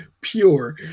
pure